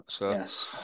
Yes